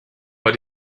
but